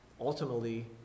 ultimately